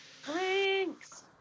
Thanks